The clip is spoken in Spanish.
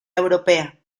europea